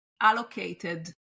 allocated